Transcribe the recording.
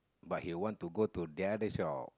but he want to go the other shop